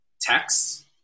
text